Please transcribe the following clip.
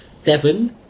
seven